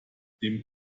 dem